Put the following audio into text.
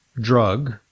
drug